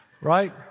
right